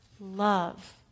Love